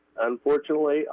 Unfortunately